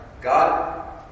God